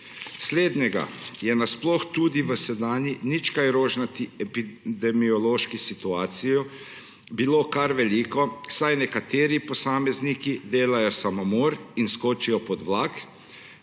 Slednjega je nasploh tudi v sedanji nič kaj rožnati epidemiološki situaciji bilo kar veliko, saj nekateri posamezniki delajo samomor in skočijo pod vlak,